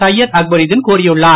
சையத் அக்பருதின் கூறியுள்ளார்